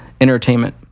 Entertainment